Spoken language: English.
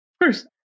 First